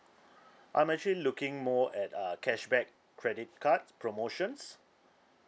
I'm actually looking more at uh cashback credit cards promotions